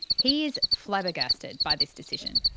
he is flabbergasted by this decision.